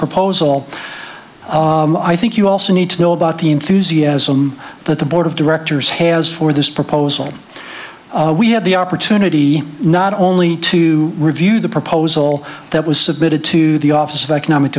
proposal i think you also need to know about the enthusiasm that the board of directors has for this proposal we had the opportunity not only to review the proposal that was submitted to the office of economic